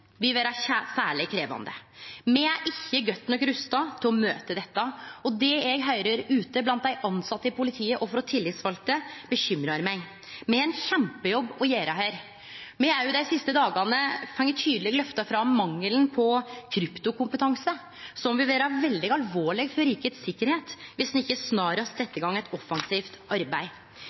vil vere særleg krevjande. Me er ikkje godt nok rusta til å møte dette, og det eg høyrer ute blant dei tilsette i politiet og frå tillitsvalde, bekymrar meg. Me har ein kjempejobb å gjere her. Dei siste dagane har ein tydeleg løfta fram mangelen på kryptokompetanse, som vil vere veldig alvorleg for rikets sikkerheit viss ein ikkje snarast set i gang eit offensivt arbeid.